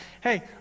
Hey